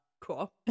Cool